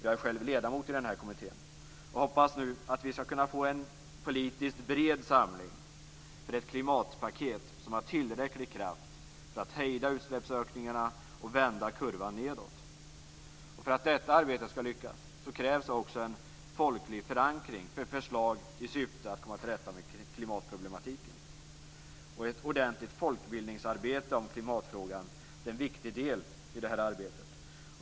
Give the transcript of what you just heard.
Jag är själv ledamot i denna kommitté och hoppas att vi ska kunna få en politiskt bred samling för ett klimatpaket som har tillräcklig kraft att hejda utsläppsökningarna och vända kurvan nedåt. För att detta arbete ska lyckas krävs också folkligt förankrade förslag i syfte att komma till rätta med klimatproblematiken. Ett ordentligt folkbildningsarbete om klimatfrågan är en viktig del i detta arbete.